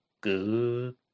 Good